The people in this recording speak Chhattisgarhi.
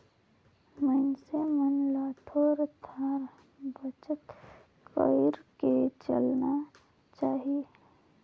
मइनसे मन ल थोर थार बचत कइर के चलना चाही